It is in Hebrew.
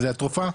זה התרופה,